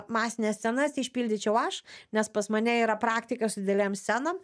masines scenas išpildyčiau aš nes pas mane yra praktika su didelėm scenom